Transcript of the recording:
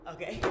Okay